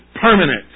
permanent